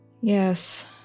Yes